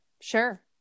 Sure